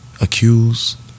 accused